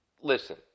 Listen